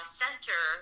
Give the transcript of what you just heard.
center